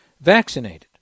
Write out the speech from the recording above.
vaccinated